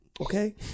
Okay